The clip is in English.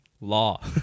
law